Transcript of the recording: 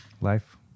Life